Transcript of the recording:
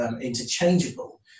interchangeable